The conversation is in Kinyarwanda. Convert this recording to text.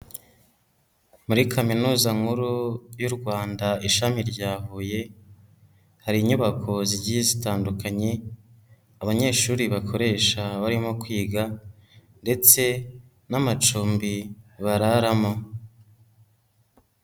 Muri Kaminuza nkuru y'u Rwanda ishami rya Huye, hari inyubako zigiye zitandukanye abanyeshuri bakoresha barimo kwiga ndetse n'amacumbi bararamo.